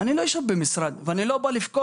אני לא יושב במשרד, אני לא בא לבכות,